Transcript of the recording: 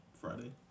Friday